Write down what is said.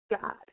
God